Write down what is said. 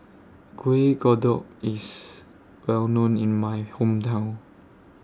Kuih Kodok IS Well known in My Hometown